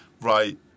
right